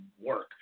work